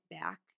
back